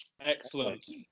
Excellent